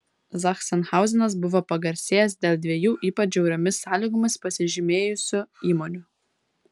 zachsenhauzenas buvo pagarsėjęs dėl dviejų ypač žiauriomis sąlygomis pasižymėjusių įmonių